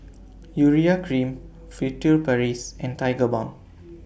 Urea Cream Furtere Paris and Tigerbalm